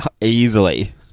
Easily